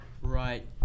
right